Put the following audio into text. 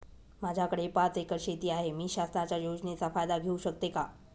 माझ्याकडे पाच एकर शेती आहे, मी शासनाच्या योजनेचा फायदा घेऊ शकते का?